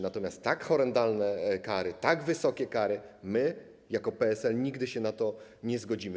Natomiast na tak horrendalne kary, tak wysokie kary my jako PSL nigdy się nie zgodzimy.